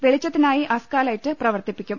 വെളിച്ചത്തിനായ് അസ്കാലൈറ്റു പ്രവർത്തിപ്പിക്കും